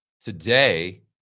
today